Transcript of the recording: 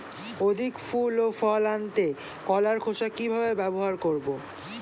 অধিক ফুল ও ফল আনতে কলার খোসা কিভাবে ব্যবহার করব?